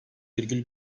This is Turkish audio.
virgül